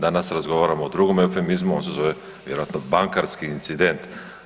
Danas razgovaramo o drugom eufemizmu on se zove vjerojatno bankarski incident.